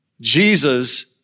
Jesus